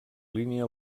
línia